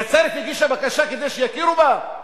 נצרת הגישה בקשה כדי שיכירו בה?